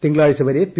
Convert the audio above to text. തിങ്കളാഴ്ച വരെ പി